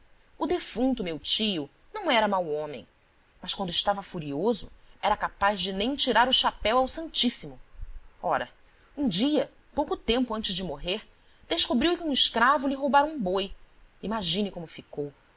o defunto meu tio não era mau homem mas quando estava furioso era capaz de nem tirar o chapéu ao santíssimo ora um dia pouco tempo antes de morrer descobriu que um escravo lhe roubara um boi imagine como ficou